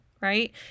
right